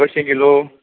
कशीं किलो